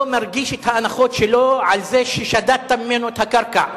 לא מרגיש את האנחות שלו על זה ששדדת ממנו את הקרקע.